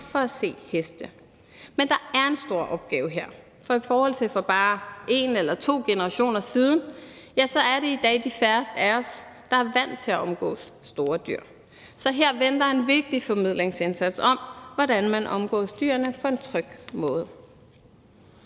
for at se heste. Men der er en stor opgave her, for i forhold til for bare en eller to generationer siden er det i dag de færreste af os, der er vant til at omgås store dyr. Så her venter en vigtig formidlingsindsats om, hvordan man omgås dyrene på en tryg måde.